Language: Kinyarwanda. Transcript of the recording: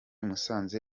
musanze